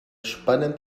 spannend